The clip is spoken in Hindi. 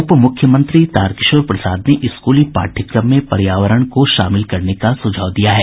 उप मुख्यमंत्री तारकिशोर प्रसाद ने स्कूली पाठयक्रम में पर्यावरण को शामिल करने का सुझाव दिया है